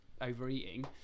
overeating